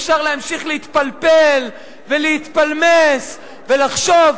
אפשר להמשיך להתפלפל ולהתפלמס ולחשוב.